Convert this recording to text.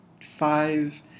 five